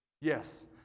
Yes